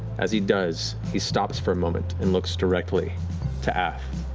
as he does, he stops for a moment and looks directly to af,